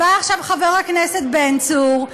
בא עכשיו חבר הכנסת בן צור,